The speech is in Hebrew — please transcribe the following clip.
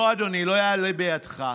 לא, אדוני, לא יעלה בידך,